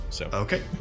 Okay